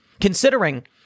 Considering